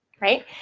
right